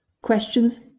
questions